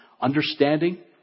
understanding